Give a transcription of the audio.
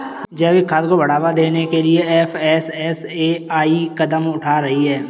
जैविक खाद को बढ़ावा देने के लिए एफ.एस.एस.ए.आई कदम उठा रही है